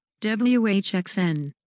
WHXN